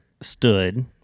stood